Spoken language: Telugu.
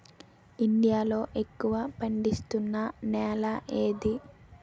ఇండియా లో ఎక్కువ పండిస్తున్నా నేల ఏది?